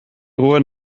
ruhe